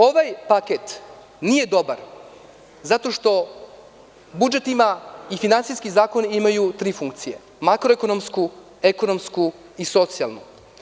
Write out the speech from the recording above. Ovaj paket nije dobar zato što budžet ima i finansijski zakoni imaju tri funkcije, makroekonomsku, ekonomsku i socijalnu.